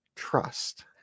trust